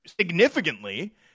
significantly